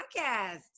Podcast